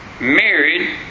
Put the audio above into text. married